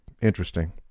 interesting